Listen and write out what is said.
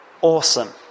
awesome